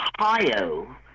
Ohio